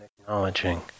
acknowledging